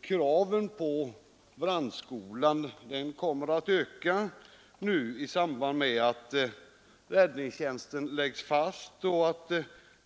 Kraven på brandskolan kommer att öka i samband med att räddningstjänsten läggs fast och